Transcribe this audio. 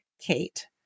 Kate